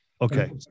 Okay